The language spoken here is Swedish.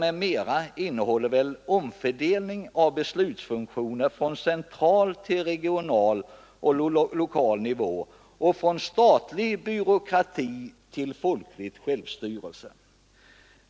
m” torde avses ”omfördelning av beslutsfunktioner från central till regional och lokal nivå och från statlig byråkrati till folklig självstyrelse”.